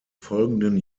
folgenden